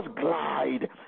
glide